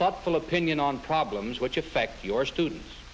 thoughtful opinion on problems which affect your students